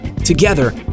Together